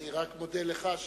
אני רק מודה לך.